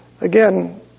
again